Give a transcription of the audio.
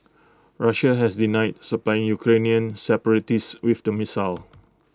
Russia has denied supplying Ukrainian separatists with the missile